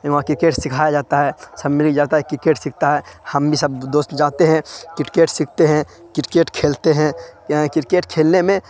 وہاں کرکیٹ سکھایا جاتا ہے سب مل جاتا ہے کرکیٹ سیکھتا ہے ہم بھی سب دوست جاتے ہیں کرکیٹ سیکھتے ہیں کرکیٹ کھیلتے ہیں کرکیٹ کھیلنے میں